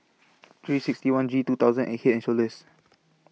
three sixty one G two thousand and Head and Shoulders